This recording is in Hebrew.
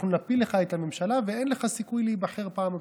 אנחנו נפיל לך את הממשלה ואין לך סיכוי להיבחר בפעם הבאה.